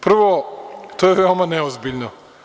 Prvo, to je veoma neozbiljno.